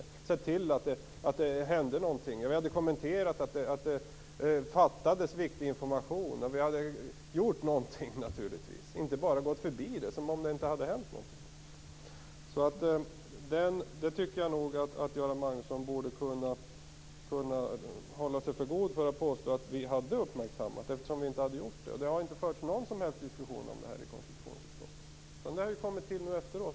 Vi hade sett till att det hände någonting. Vi hade kommenterat att det fattades viktig information. Vi hade naturligtvis gjort någonting, inte bara gått förbi det som om det inte hade hänt någonting. Jag tycker att Göran Magnusson borde hålla sig för god för att påstå att vi hade uppmärksammat detta när vi inte hade gjort det. Det har inte förts någon som helst diskussion om detta i konstitutionsutskottet. Det har kommit till efteråt.